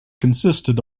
consisted